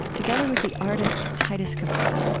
together with the artist titus kaphar